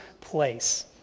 place